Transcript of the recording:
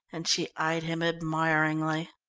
and she eyed him admiringly.